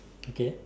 okay